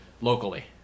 locally